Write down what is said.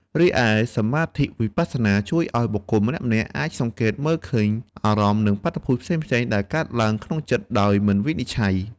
រីឯសមាធិវិបស្សនា ជួយឱ្យបុគ្គលម្នាក់ៗអាចសង្កេតមើលគំនិត អារម្មណ៍ និងបាតុភូតផ្សេងៗដែលកើតឡើងក្នុងចិត្តដោយមិនវិនិច្ឆ័យ។